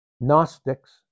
Gnostics